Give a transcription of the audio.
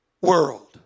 world